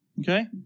Okay